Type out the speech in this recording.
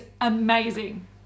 amazing